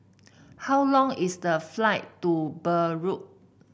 how long is the flight to Beirut